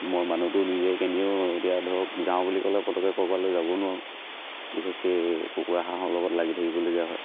মই মানুহটো নিজে কেনিও এতিয়া ধৰক যাওঁ বুলি ক'লে পটককে কৰ'বালৈ যাব নোৱাৰোঁ বিশেষকে কুকুৰা হাঁহৰ লগত লাগি থাকিবলগীয়া হয়